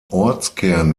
ortskern